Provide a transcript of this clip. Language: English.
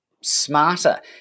smarter